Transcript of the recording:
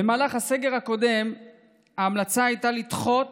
במהלך הסגר הקודם ההמלצה הייתה לדחות